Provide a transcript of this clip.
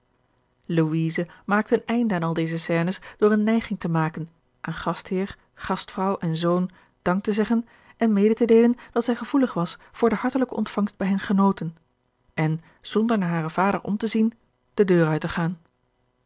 maakte een einde aan al deze scènes door eene nijging te maken aan gastheer gastvrouw en zoon dank te zeggen en mede te deelen dat zij gevoelig was voor de hartelijke ontvangst bij hen genoten en zonder naar haren vader om te zien de deur uit te gaan